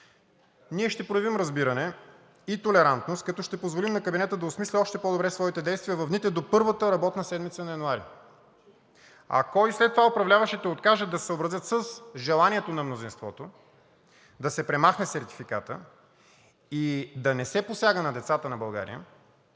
ние ще проявим разбиране и толерантност, като ще позволим на кабинета да осмисли още по-добре своите действия в дните до първата работна седмица на месец януари. Ако и след това управляващите откажат да се съобразят с желанието на мнозинството да се премахне сертификатът и да не се посяга на децата на България,